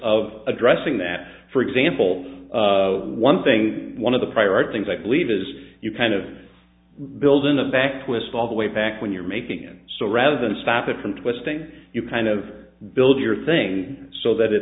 of addressing that for example one thing one of the prior art things i believe is you kind of build in the back twist all the way back when you're making it so rather than stop it from twisting you kind of build your thing so that it